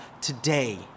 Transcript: today